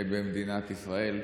במדינת ישראל.